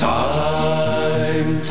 time